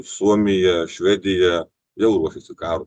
suomija švedija vėl susikaut